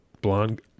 blonde